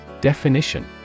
Definition